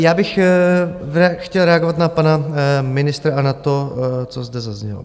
Já bych chtěl reagovat na pana ministra a na to, co zde zaznělo.